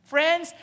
Friends